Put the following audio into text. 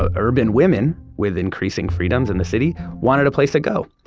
ah urban women with increasing freedoms in the city wanted a place to go,